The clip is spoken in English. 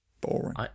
boring